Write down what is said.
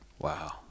Wow